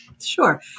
Sure